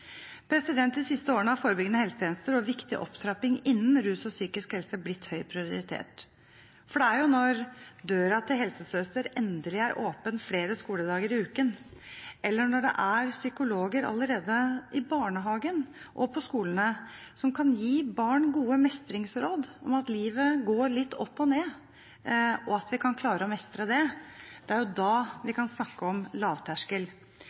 De siste årene har forebyggende helsetjenester og viktig opptrapping innen rus og psykisk helse blitt høyt prioritert, for det er når døra til helsesøster endelig er åpen flere skoledager i uken, eller når det er psykologer allerede i barnehagen og på skolene som kan gi barn gode mestringsråd om at livet går litt opp og ned, og at vi kan klare å mestre det, at vi kan snakke om lavterskel.